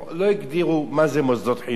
לא הגדירו מה זה מוסדות חינוך.